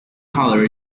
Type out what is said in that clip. colour